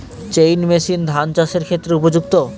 Chain machine ধান চাষের ক্ষেত্রে উপযুক্ত?